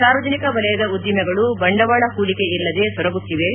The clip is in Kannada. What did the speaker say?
ಸಾರ್ವಜನಿಕ ವಲಯದ ಉದ್ದಿಮೆಗಳು ಬಂಡವಾಳ ಹೂಡಿಕೆ ಇಲ್ಲದೆ ಸೊರಗುತ್ತಿವೆ